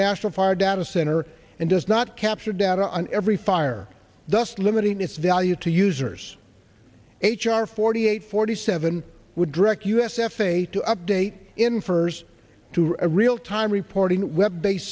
national fire data center and does not capture data on every fire thus limiting its value to users h r forty eight forty seven would direct us f a a to update infers to a real time reporting web based